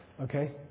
Okay